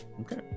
Okay